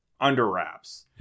Underwraps